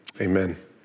amen